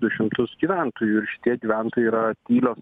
du šimtus gyventojų ir šitie gyventojai yra tylios